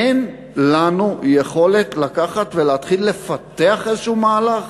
אין לנו יכולת לקחת ולהתחיל ולפתח איזשהו מהלך?